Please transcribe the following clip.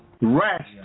Rest